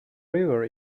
river